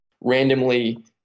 randomly